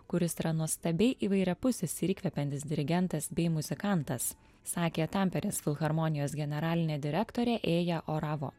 kuris yra nuostabiai įvairiapusis ir įkvepiantis dirigentas bei muzikantas sakė tamperės filharmonijos generalinė direktorė ėja oravo